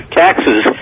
taxes